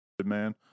Man